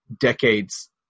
decades